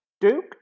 Duke